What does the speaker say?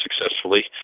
successfully